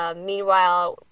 ah meanwhile,